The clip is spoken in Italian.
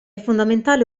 fondamentale